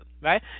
right